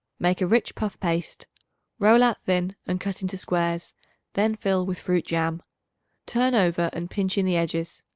make a rich puff paste roll out thin and cut into squares then fill with fruit jam turn over and pinch in the edges.